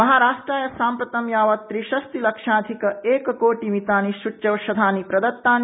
महाराष्ट्राय सम्प्रति यावत् त्रिषष्टि लाक्षाधिक एककोटिमितानि सूच्यौषधानि प्रदतानि